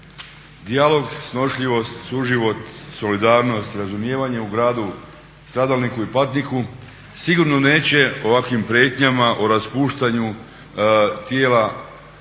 Dijalog, snošljivost, suživot, solidarnost i razumijevanje u gradu stradalniku i patniku sigurno neće ovakvim prijetnjama o raspuštanju tijela tj.